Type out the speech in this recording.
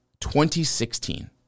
2016